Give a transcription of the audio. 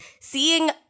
seeing